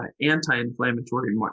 anti-inflammatory